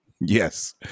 Yes